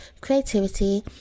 creativity